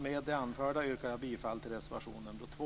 Med det anförda yrkar jag bifall till reservation nr 2.